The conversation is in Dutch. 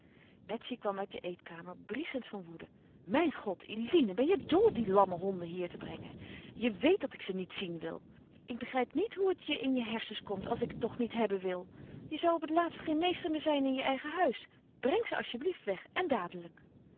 betsy kwam uit de eetkamer brieschend van woede mijn god eline ben je dol die lamme honden hier te brengen je weet dat ik ze niet zien wil ik begrijp niet hoe het je in je hersens komt als ik het toch niet hebben wil je zou op het laatst geen meester meer zijn in je eigen huis breng ze alsjeblief weg en dadelijk